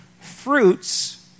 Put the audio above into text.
Fruits